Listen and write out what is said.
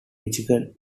michigan